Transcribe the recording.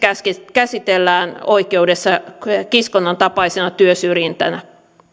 käsitellään oikeudessa kiskonnan tapaisena työsyrjintänä